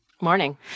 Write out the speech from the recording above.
Morning